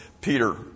Peter